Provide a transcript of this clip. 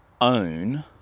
own